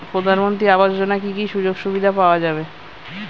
প্রধানমন্ত্রী আবাস যোজনা কি কি সুযোগ সুবিধা পাওয়া যাবে?